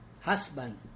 husband